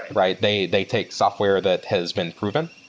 right? they they take software that has been proven,